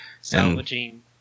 Salvaging